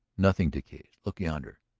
nothing decays look yonder.